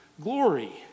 glory